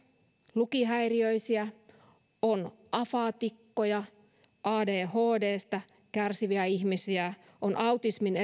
lukihäiriöisiä on afaatikkoja adhdstä kärsiviä ihmisiä on autismin